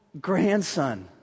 grandson